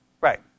Right